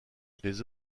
les